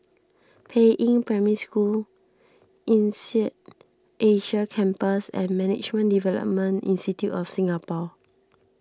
Peiying Primary School Insead Asia Campus and Management Development Institute of Singapore